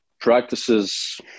practices